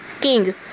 king